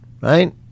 Right